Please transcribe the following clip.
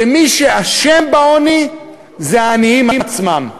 שמי שאשם בעוני זה העניים עצמם.